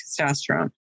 testosterone